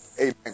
Amen